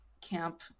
camp